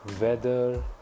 weather